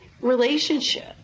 relationship